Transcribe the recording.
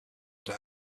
only